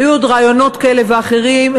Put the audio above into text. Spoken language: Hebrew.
היו עוד רעיונות כאלה ואחרים,